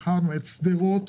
בחרנו את שדרות,